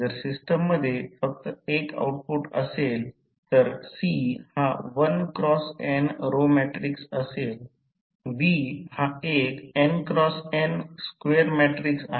जर सिस्टममध्ये फक्त एक आउटपुट असेल तर C हा 1×n रो मॅट्रिक्स असेल V हा एक n×n स्क्वेर मॅट्रिक्स आहे